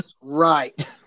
Right